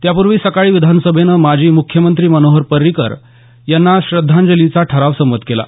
त्यापूर्वी सकाळी विधानसभेनं माजी मुख्यमंत्री मनोहर पर्रिकर यांना श्रद्धांजलीचा ठराव संमत केला